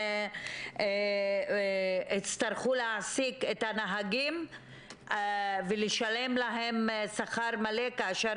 והם הצטרכו להעסיק את הנהגים ולשלם להם שכר מלא כאשר